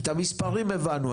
כי את המספרים הבנו,